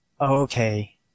okay